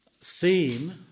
theme